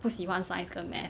不喜欢 science 跟 math